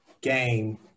game